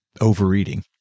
overeating